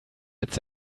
its